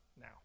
now